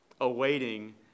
awaiting